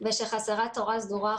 ושחסרה תורה סדורה,